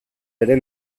ere